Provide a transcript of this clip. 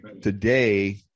today